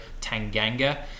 Tanganga